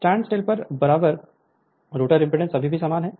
standstill पर बराबर rotor impedance अभी भी समान है